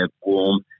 warm